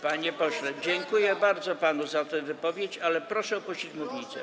Panie pośle, dziękuję bardzo panu za tę wypowiedź, ale proszę opuścić mównicę.